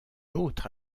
autre